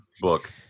book